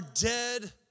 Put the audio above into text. dead